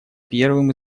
первым